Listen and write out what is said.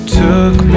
took